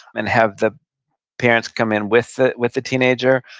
and have the parents come in with the with the teenager.